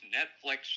Netflix